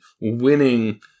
winning